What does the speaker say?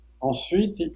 Ensuite